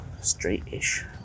Straight-ish